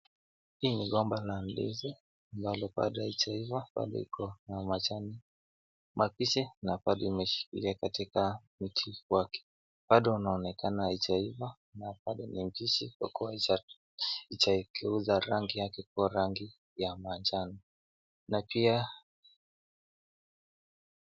Hili ni gomba la ndizi ambalo bado halijaiva bado ikona majani mabichi na bado imeshikilia katika mti wake na bado linaonekana halijaiva na bado ni mbichi kwa kuwa limegeuza rangi yake kuwa rangi ya manjano .